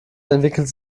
entwickelte